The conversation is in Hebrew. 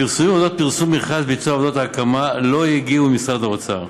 הפרסומים על פרסום מכרז לביצוע עבודות ההקמה לא הגיעו ממשרד האוצר,